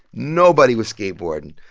nobody was skateboarding.